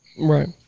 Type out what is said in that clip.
right